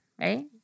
Right